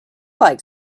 like